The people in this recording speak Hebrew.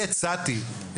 הצעתי,